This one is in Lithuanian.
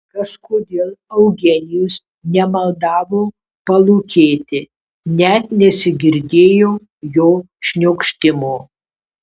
kažkodėl eugenijus nemaldavo palūkėti net nesigirdėjo jo šniokštimo